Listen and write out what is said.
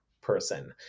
person